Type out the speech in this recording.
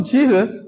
Jesus